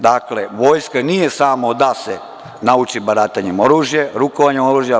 Dakle, vojska nije samo da se nauči baratanjem oružjem, rukovanje oružjem.